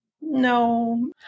No